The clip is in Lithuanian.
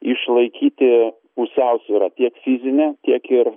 išlaikyti pusiausvyrą tiek fizinę tiek ir